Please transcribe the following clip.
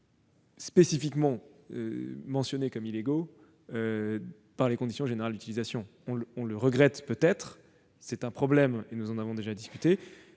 spécifiquement mentionnés comme illégaux dans les conditions générales d'utilisation. On peut le regretter. C'est un problème dont nous avons déjà discuté.